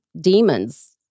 demons